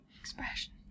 Expression